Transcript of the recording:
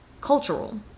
cultural